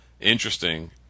Interesting